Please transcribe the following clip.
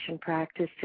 practice